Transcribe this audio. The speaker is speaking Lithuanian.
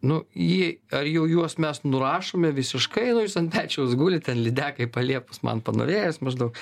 nu jie ar jau juos mes nurašome visiškai nu jis ant pečiaus guli ten lydekai paliepus man panorėjus maždaug